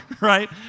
right